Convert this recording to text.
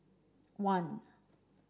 one